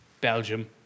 Belgium